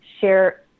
share